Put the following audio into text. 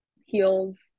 heels